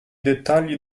dettagli